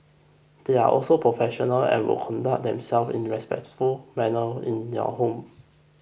they are also professional and will conduct themselves in respectful manner in your home